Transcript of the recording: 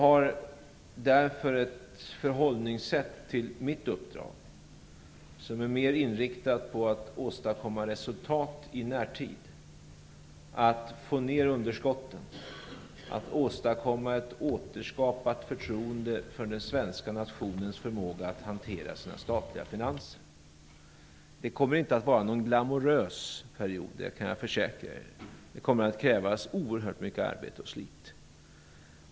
Jag har ett förhållningssätt till mitt uppdrag som är mer inriktat på att åstadkomma resultat i närtid, på att få ned underskotten och på att återskapa förtroendet för den svenska nationens förmåga att hantera sina statliga finanser. Jag kan försäkra er att det inte kommer att bli någon glamorös period. Det kommer krävas oerhört mycket arbete och slit.